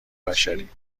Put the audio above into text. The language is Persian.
بشری